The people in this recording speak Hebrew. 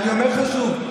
אני אומר לך שוב,